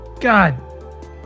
God